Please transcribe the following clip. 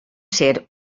ser